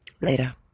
Later